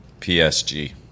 PSG